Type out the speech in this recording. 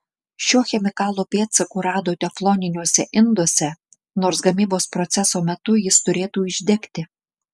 šio chemikalo pėdsakų rado tefloniniuose induose nors gamybos proceso metu jis turėtų išdegti